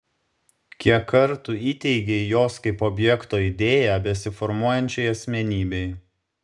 kiek kartų įteigei jos kaip objekto idėją besiformuojančiai asmenybei